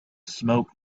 smoke